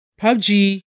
PUBG